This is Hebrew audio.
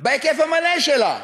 בהיקף המלא שלה.